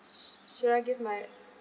should I give my